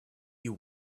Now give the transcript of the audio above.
you